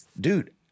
Dude